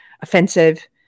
offensive